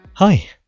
Hi